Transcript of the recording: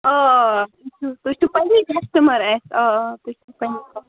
آ آ تُہۍ چھُو تُہۍ چھُو پَنٛنی کَسٹَمَر اَسہِ آ آ تُہۍ چھُو پَنٛنی کَسٹہٕ